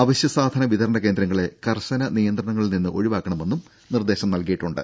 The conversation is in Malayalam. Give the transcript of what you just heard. അവശ്യ സാധന വിതരണ കേന്ദ്രങ്ങളെ കർശന നിയന്ത്രണങ്ങളിൽ നിന്ന് ഒഴിവാക്കണമെന്നും നിർദേശം നൽകിയിട്ടുണ്ട്